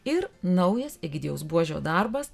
ir naujas egidijaus buožio darbas